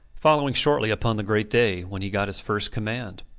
following shortly upon the great day when he got his first command.